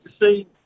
see